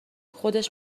خودش